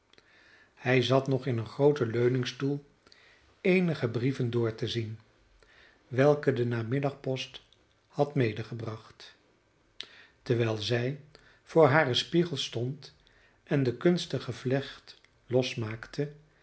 hij zat nog in een grooten leuningstoel eenige brieven door te zien welke de namiddagpost had medegebracht terwijl zij voor haren spiegel stond en de kunstige vlecht losmaakte